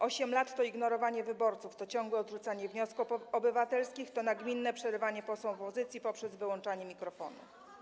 8 lat to ignorowanie wyborców, to ciągłe odrzucanie wniosków obywatelskich, to nagminne przerywanie posłom opozycji poprzez wyłączanie mikrofonu.